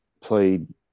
played